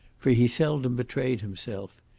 for he seldom betrayed himself.